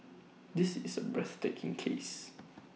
this is A breathtaking case